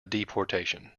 deportation